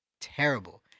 terrible